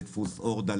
לדפוס אורדע,